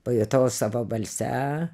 pajutau savo balse